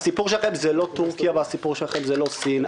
הסיפור שלכם זה לא טורקיה ולא סין.